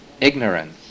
ignorance